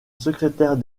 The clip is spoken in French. secrétaire